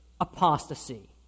apostasy